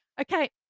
Okay